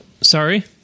Sorry